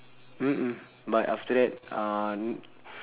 mm mm but after that uh